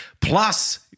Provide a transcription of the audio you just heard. plus